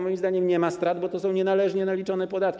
Moim zdaniem nie ma strat, bo to są nienależnie naliczone podatki.